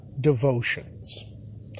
devotions